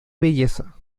belleza